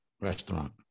restaurant